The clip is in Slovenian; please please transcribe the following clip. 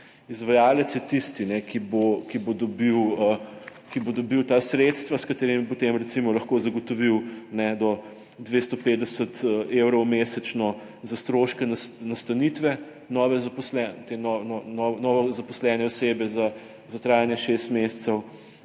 Izvajalec je tisti, ki bo dobil ta sredstva, s katerimi bi potem lahko zagotovil do 250 evrov mesečno za stroške nastanitve novozaposlene osebe za trajanje šest mesecev